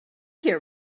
here